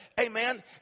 Amen